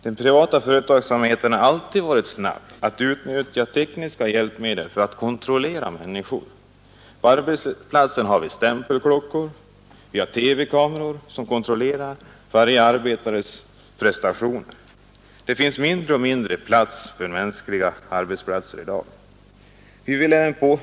Den privata företagsamheten har alltid varit snabb att utnyttja tekniska hjälpmedel för att kontrollera människor. På arbetsplatserna har vi stämpelklockor och TV-kameror som kontrollerar varje arbetares prestationer. Det finns mindre och mindre utrymme för mänskliga arbetsplatser i dag.